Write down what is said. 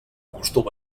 costum